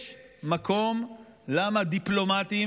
יש מקום למה דיפלומטים,